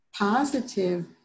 positive